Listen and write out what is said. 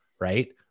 right